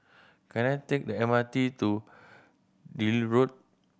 can I take the M R T to Deal Road